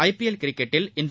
IPL கிரிக்கெட்டில் இன்று